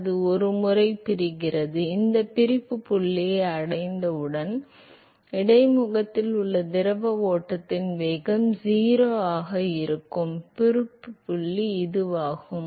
இப்போது ஒருமுறை பிரிகிறது அது பிரிப்புப் புள்ளியை அடைந்தவுடன் இடைமுகத்தில் உள்ள திரவ ஓட்டத்தின் வேகம் 0 ஆக இருக்கும் பிரிப்புப் புள்ளி இதுவாகும்